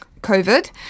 COVID